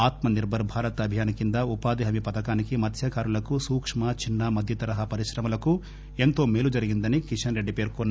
ఆత్మ నిర్పర్ భారత్ అభియాస్ కింద ఉపాధి హామీ పథకానికి మత్స్య కారులకు సూక్కు చిన్న మధ్యతరహా పరిశ్రమలకు ఎంతో మేలు జరిగిందని కిషన్ రెడ్డి పేర్కొన్నారు